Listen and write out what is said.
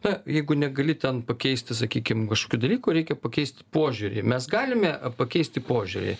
na jeigu negali ten pakeisti sakykim kažkokių dalykų reikia pakeisti požiūrį mes galime pakeisti požiūrį